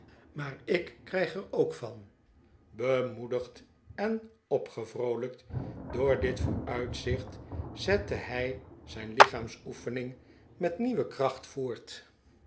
maar ik krijg er k van bemoedigd en opgevroolijkt door dit vooruitzicht zette hij zijn lichaamsoefening met nieuwe kracht voort